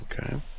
Okay